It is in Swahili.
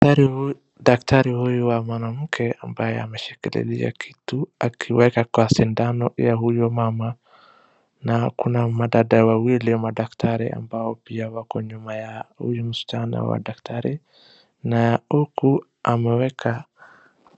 Daktari huyu wa mwanamke ambaye ameshikililia kitu akiweka kwa sindano ya huyu mama na kuna madada wawili madaktari ambao pia wako nyuma ya huyu msichana wa daktari na huku ameweka.